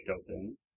open